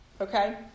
Okay